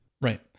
Right